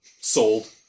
Sold